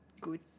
Good